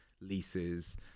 leases